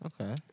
Okay